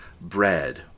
bread